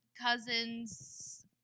cousins